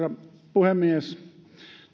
puhemies